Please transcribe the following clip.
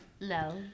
No